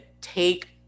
take